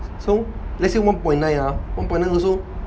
so let's say one point nine ah one point nine also